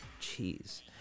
jeez